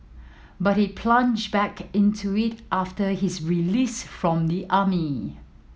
but he plunged back into it after his release from the army